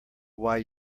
why